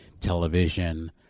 television